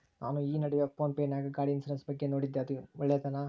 ನಾನು ಈ ನಡುವೆ ಫೋನ್ ಪೇ ನಾಗ ಗಾಡಿ ಇನ್ಸುರೆನ್ಸ್ ಬಗ್ಗೆ ನೋಡಿದ್ದೇ ಇದು ಒಳ್ಳೇದೇನಾ?